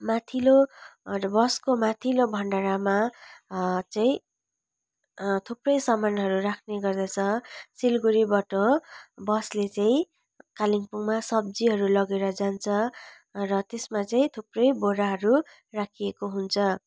माथिल्लो बसको माथिल्लो भन्डारामा चाहिँ थुप्रै सामानहरू राख्ने गर्दछ सिलगडीबाट बसले चाहिँ कालिम्पोङमा सब्जीहरू लिएर जान्छ र त्यसमा चाहिँ थुप्रै बोराहरू राखिएको हुन्छ